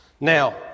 Now